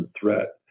threat